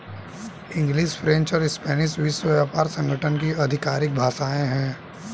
English, French और Spanish विश्व व्यापार संगठन की आधिकारिक भाषाएं है